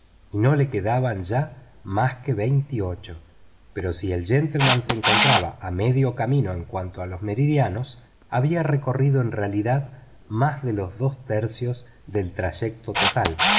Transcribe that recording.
no le quedaban ya más que veintiocho pero si el gentleman se encontraba a medio camino en cuanto a los meridianos había recorrido en realidad más de los dos tercios del trayecto total